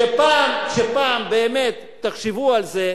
כשפעם באמת תחשבו על זה,